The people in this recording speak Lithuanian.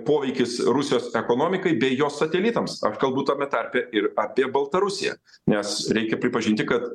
poveikis rusijos ekonomikai bei jos satelitams aš kalbu tame tarpe ir apie baltarusiją nes reikia pripažinti kad